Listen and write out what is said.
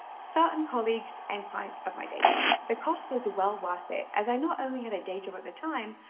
certain colleagues and clients of my day job. the cost was well worth it as i not only had a day job at the time,